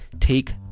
take